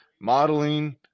modeling